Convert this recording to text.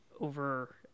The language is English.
over